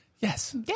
Yes